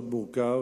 מאוד מורכב,